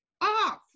off